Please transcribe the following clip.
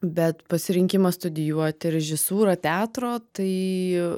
bet pasirinkimas studijuoti režisūrą teatro tai